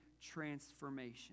transformation